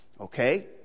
Okay